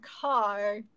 car